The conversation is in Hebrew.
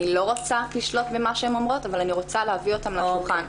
אני לא רוצה לשלוט במה שהן אומרות אבל אני רוצה להביא אותן לשולחן.